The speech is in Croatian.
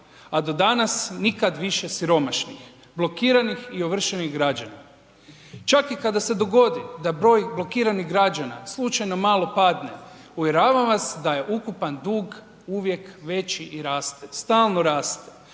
a do danas nikad više siromašnih, blokiranih i ovršenih građana. Čak i kada se dogodi da broj blokiranih građana slučajno malo padne uvjeravam vas da je ukupan dug uvijek već i raste, stalno raste.